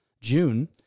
June